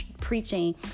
preaching